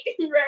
right